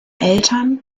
eltern